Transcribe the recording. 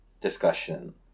discussion